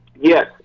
yes